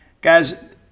Guys